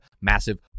massive